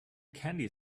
candy